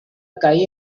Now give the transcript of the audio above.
caí